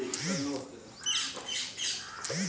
mercerised cotton को Egyptian cotton के नाम से भी जाना जाता है